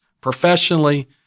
professionally